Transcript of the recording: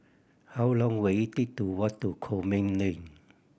how long will it take to walk to Coleman Lane